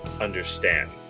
understand